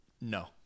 No